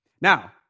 Now